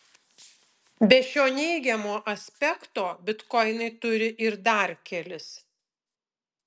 be šio neigiamo aspekto bitkoinai turi ir dar kelis